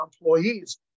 employees